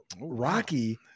Rocky